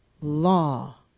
law